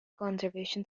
conservation